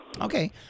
Okay